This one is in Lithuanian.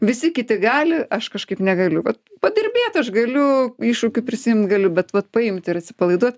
visi kiti gali aš kažkaip negaliu vat padirbėt aš galiu iššūkių prisiimt galiu bet vat paimt ir atsipalaiduot